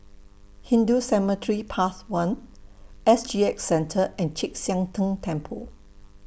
Hindu Cemetery Path one S G X Centre and Chek Sian Tng Temple